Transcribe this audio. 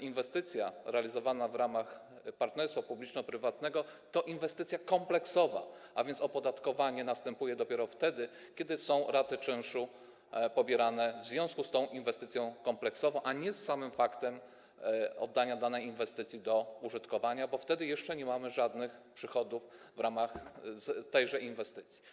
Inwestycja realizowana w ramach partnerstwa publiczno-prywatnego to inwestycja kompleksowa, a więc opodatkowanie następuje dopiero wtedy, kiedy raty czynszu pobierane są w związku z tą kompleksową inwestycją, a nie z samym faktem oddania danej inwestycji do użytkowana, bo wtedy jeszcze nie mamy żadnych przychodów w ramach tejże inwestycji.